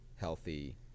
healthy